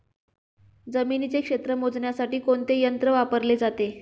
जमिनीचे क्षेत्र मोजण्यासाठी कोणते यंत्र वापरले जाते?